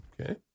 Okay